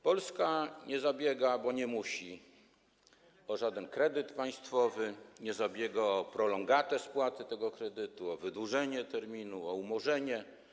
Polska nie zabiega, bo nie musi, o żaden kredyt państwowy, nie zabiega o prolongatę spłaty tego kredytu, o wydłużenie terminu, o umorzenie.